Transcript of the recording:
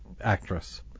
actress